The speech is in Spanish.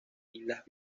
islas